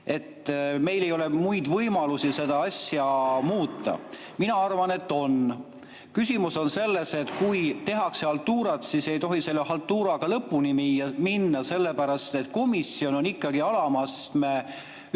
ja meil ei ole muid võimalusi seda asja muuta. Mina arvan, et on. Küsimus on selles, et kui tehakse haltuurat, siis ei tohi selle haltuuraga lõpuni minna, sellepärast et komisjon on ikkagi alama astme üksus